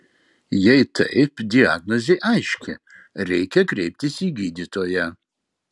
jei taip diagnozė aiški reikia kreiptis į gydytoją